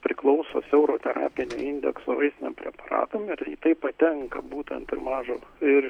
priklauso siauro terapinio indekso vaistiniam preparatam į tai patenka būtent ir mažo ir